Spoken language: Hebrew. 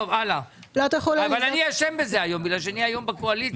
אבל אני אשם בזה היום, בגלל שאני היום בקואליציה.